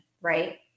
right